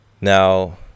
Now